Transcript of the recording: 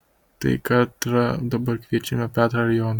tai katrą dabar kviečiame petrą ar joną